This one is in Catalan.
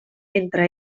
entre